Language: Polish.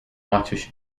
maciuś